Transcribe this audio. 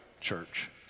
church